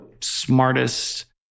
smartest